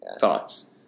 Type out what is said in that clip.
Thoughts